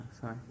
Sorry